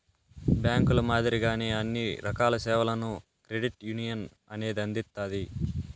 బ్యాంకుల మాదిరిగానే అన్ని రకాల సేవలను క్రెడిట్ యునియన్ అనేది అందిత్తాది